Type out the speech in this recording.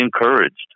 encouraged